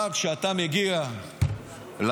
אבל כשאתה מגיע לפנסיות,